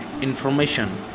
information